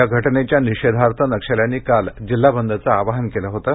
या घटनेच्या निषेधार्थ नक्षल्यांनी काल जिल्हा बंदचं आवाहन केलं होतं